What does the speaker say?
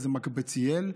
מקבציאל,